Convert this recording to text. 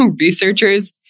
researchers